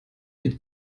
mit